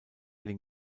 den